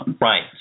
Right